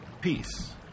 peace